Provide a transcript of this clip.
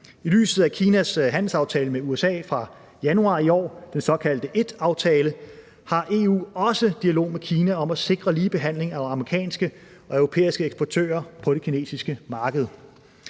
I lyset af Kinas handelsaftale med USA fra januar i år, den såkaldte 1-aftale, har EU også dialog med Kina om at sikre ligebehandling af amerikanske og europæiske eksportører på det kinesiske marked.